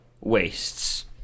wastes